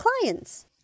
clients